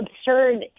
absurd